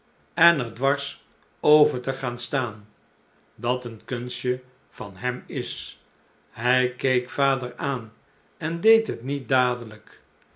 en er dwars over te gaan staan dat een kunstje van hem is hij keek vader aan en deed het niet dadelijk